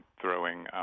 throwing